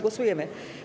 Głosujemy.